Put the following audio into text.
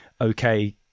okay